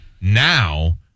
Now